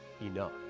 enough